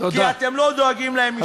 כי אתם לא דואגים להם.